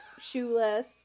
shoeless